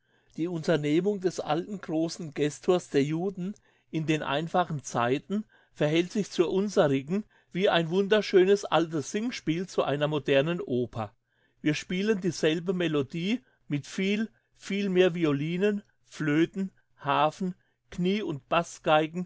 die unternehmung des alten grossen gestors der juden in den einfachen zeiten verhält sich zur unserigen wie ein wunderschönes altes singspiel zu einer modernen oper wir spielen dieselbe melodie mit viel viel mehr violinen flöten harfen knie und